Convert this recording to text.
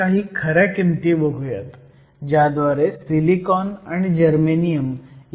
आता काही खऱ्या किमती बघुयात ज्याद्वारे सिलिकॉन आणि जर्मेनियम ह्यांच्यात तुलना करता येईल